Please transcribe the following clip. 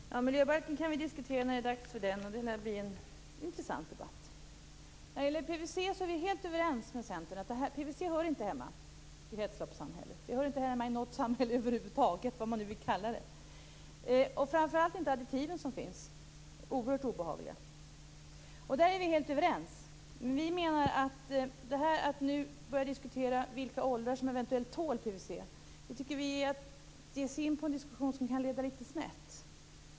Herr talman! Miljöbalken kan vi diskutera när det är dags för den. Det lär bli en intressant debatt. När det gäller PVC är vi helt överens med Centern om att PVC inte hör hemma i kretsloppssamhället - inte i något samhälle över huvud taget. Framför allt hör inte de additiv som finns hemma där, då de är oerhört obehagliga. Vi menar att detta att nu börja diskutera i vilken ålder som man eventuellt tål PVC är att ge sig in på en diskussion som kan leda snett.